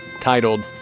titled